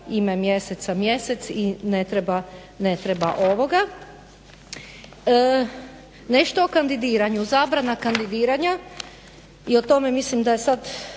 ime mjeseca mjesec i ne treba ovoga. Nešto o kandidiranju, zabrana kandidiranja, i o tome mislim da je sad